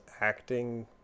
acting